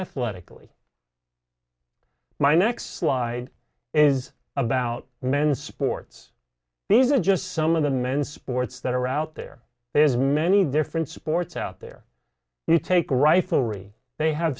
athletically my next slide is about men's sports these are just some of the men's sports that are out there is many different sports out there you take riflery they have